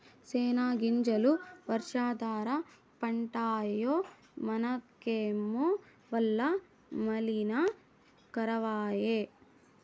సెనగ్గింజలు వర్షాధార పంటాయె మనకేమో వల్ల మాలిన కరవాయె